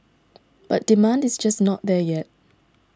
but demand is just not there yet